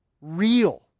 Real